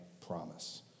promise